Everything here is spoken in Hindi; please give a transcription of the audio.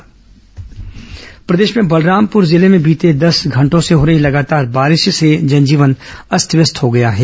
मौसम प्रदेश के बलरामपुर जिले में बीते दस घंटों से हो रही लगातार बारिश से जनजीवन अस्त व्यस्त हो गया है